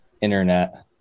Internet